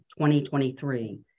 2023